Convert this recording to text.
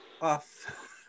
off